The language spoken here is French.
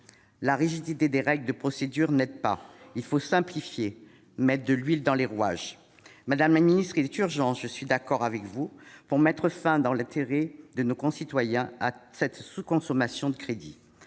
La rigidité des règles de procédure n'aide pas. Il faut la simplifier et mettre de l'huile dans les rouages. Madame la ministre, il y a urgence. Je suis d'accord avec vous pour mettre fin à cette sous-consommation des crédits,